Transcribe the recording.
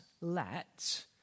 let